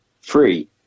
free